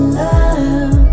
love